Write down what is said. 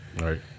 Right